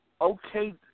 okay